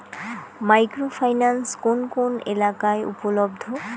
Micro finance কোন কোন এলাকায় উপলব্ধ?